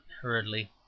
hurriedly